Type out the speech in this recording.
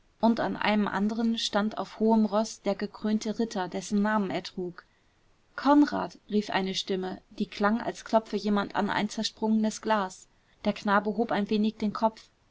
und an einem anderen stand auf hohem roß der gekrönte ritter dessen namen er trug konrad rief eine stimme die klang als klopfe jemand an ein zersprungenes glas der knabe hob ein wenig den kopf